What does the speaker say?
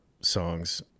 songs